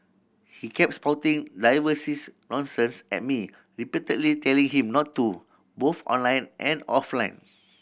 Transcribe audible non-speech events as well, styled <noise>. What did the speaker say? he kept spouting <unintelligible> nonsense and me repeatedly telling him not to both online and offline